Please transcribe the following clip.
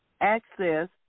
access